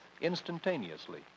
instantaneously